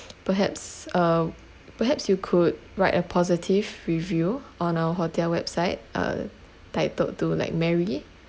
perhaps uh perhaps you could write a positive review on our hotel website uh titled to like mary